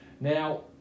Now